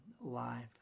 life